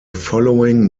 following